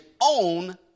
own